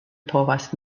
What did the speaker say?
povas